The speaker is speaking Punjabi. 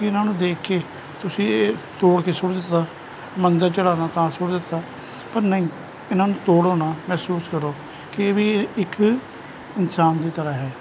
ਕੀ ਉਹਨਾਂ ਨੂੰ ਦੇਖ ਕੇ ਤੁਸੀਂ ਇਹ ਤੋੜ ਕੇ ਸੁੱਟ ਦਿੱਤਾ ਮੰਦਰ ਚੜਾਉਨਾ ਤਾਂ ਸੁੱਟ ਦਿੱਤਾ ਪਰ ਨਹੀਂ ਇਹਨਾਂ ਨੂੰ ਤੋੜੋ ਨਾ ਮਹਿਸੂਸ ਕਰੋ ਕਿ ਇਹ ਵੀ ਇੱਕ ਇਨਸਾਨ ਦੀ ਤਰ੍ਹਾਂ ਹੈ